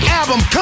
album